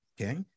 okay